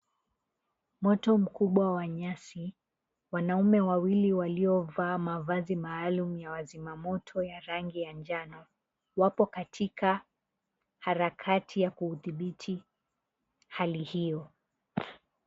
Moto mkubwa wa nyasi, wanaume wawili waliovaa mavazi maalum ya wazimamoto ya rangi ya njano wapo katika harakati ya kudhibiti hali hio.